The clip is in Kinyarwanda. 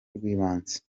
rw’ibanze